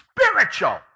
spiritual